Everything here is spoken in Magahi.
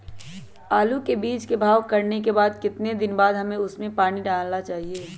आलू के बीज के भाव करने के बाद कितने दिन बाद हमें उसने पानी डाला चाहिए?